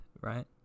right